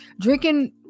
Drinking